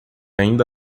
ainda